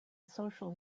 social